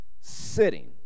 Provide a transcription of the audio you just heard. sitting